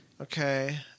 Okay